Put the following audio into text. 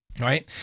right